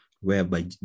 whereby